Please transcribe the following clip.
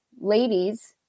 ladies